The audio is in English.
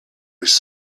was